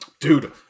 Dude